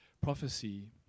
prophecy